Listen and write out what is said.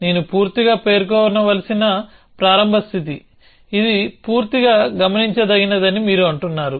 నేను పూర్తిగా పేర్కొనవలసిన ప్రారంభ స్థితి ఇది పూర్తిగా గమనించదగినదని మీరు అంటున్నారు